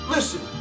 Listen